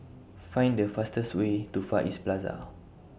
Find The fastest Way to Far East Plaza